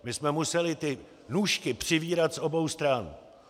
My jsme museli ty nůžky přivírat z obou stran.